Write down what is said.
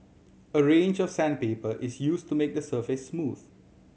a range of sandpaper is used to make the surface smooth